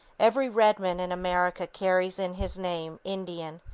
every redman in america carries in his name indian,